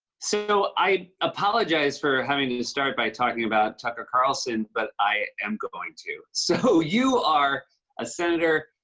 so, i apologize for having to to start by talking about tucker carlson, but i am going to. so, you are a senator.